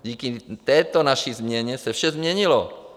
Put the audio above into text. Díky této naší změně se vše změnilo.